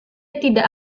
tidak